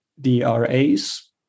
DRAs